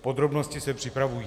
Podrobnosti se připravují.